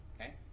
Okay